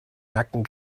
nacken